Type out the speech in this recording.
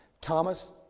Thomas